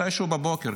מתישהו בבוקר.